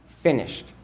finished